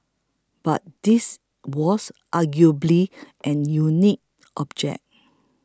but this was arguably a unique project